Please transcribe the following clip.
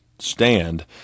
stand